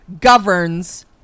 Governs